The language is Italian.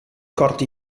corti